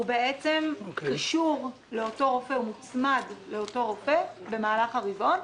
הוא בעצם מוצמד לאותו רופא במהלך הרבעון,